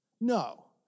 No